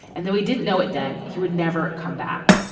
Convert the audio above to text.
and though he didn't know it then he would never come back.